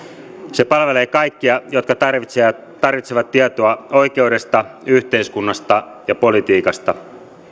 se palvelee kaikkia jotka tarvitsevat tarvitsevat tietoa oikeudesta yhteiskunnasta ja politiikasta